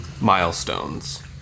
milestones